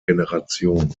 generation